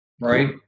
right